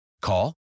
Call